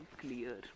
clear